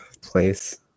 place